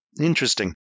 Interesting